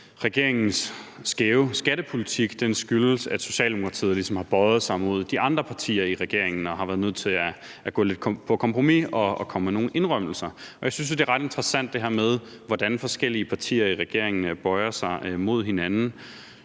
regeringens skæve skattepolitik skyldes, at Socialdemokratiet ligesom har bøjet sig mod de andre partier i regeringen og har været nødt til at gå lidt på kompromis og komme med nogle indrømmelser. Og jeg synes, det her med, hvordan forskellige partier i regeringen bøjer sig mod hinanden,